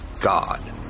God